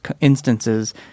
instances